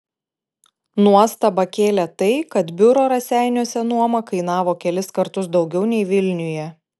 nuostabą kėlė tai kad biuro raseiniuose nuoma kainavo kelis kartus daugiau nei vilniuje